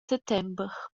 settember